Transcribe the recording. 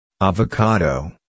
Avocado